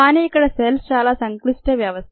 కానీ ఇక్కడ సెల్స్ చాలా సంక్లిష్ట వ్యవస్థ